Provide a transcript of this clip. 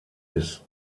bis